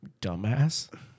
Dumbass